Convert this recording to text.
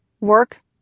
work